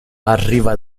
arriva